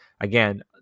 Again